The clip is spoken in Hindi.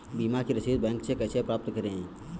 बीमा की रसीद बैंक से कैसे प्राप्त करें?